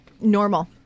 normal